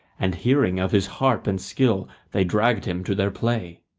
and, hearing of his harp and skill, they dragged him to their play.